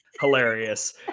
hilarious